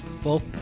Full